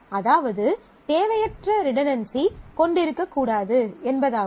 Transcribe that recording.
அதாவது தேவையற்ற ரிடன்டன்சி கொண்டிருக்கக்கூடாது என்பதாகும்